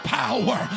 power